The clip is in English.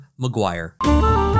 McGuire